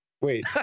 Wait